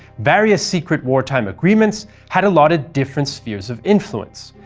various secret wartime agreements had allotted different spheres of influence,